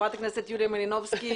חברת הכנסת יוליה מלינובסקי,